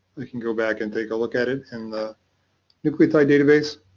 we can go back and take a look at it in the nucleotide database.